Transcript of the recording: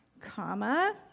comma